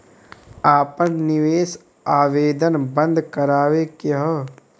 आपन निवेश आवेदन बन्द करावे के हौ?